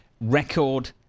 Record